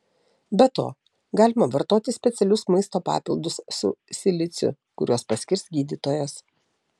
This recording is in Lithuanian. be to galima vartoti specialius maisto papildus su siliciu kuriuos paskirs gydytojas